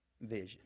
vision